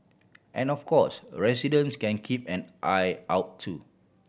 and of course residents can keep an eye out too